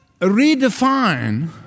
redefine